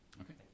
Okay